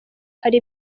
hari